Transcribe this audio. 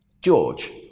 George